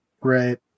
Right